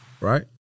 Right